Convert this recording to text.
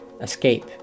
escape